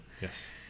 Yes